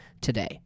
today